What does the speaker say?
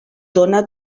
dóna